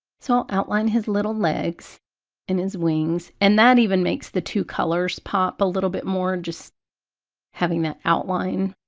so i'll outline his little legs and his wings and that even makes the two colors pop a little bit more just having that outline